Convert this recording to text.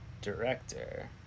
director